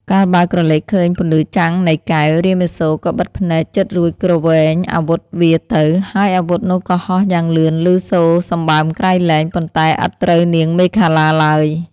កាលបើក្រឡេកឃើញពន្លឺចាំងនៃកែវ រាមាសូរក៏បិទភ្នែកជិតរួច គ្រវែងអាវុធវាទៅ ហើយអាវុធនោះក៏ហោះយ៉ាងលឿនឮសូរសម្បើមក្រៃលែង ប៉ុន្តែឥតត្រូវនាងមេខលាឡើយ។